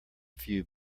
few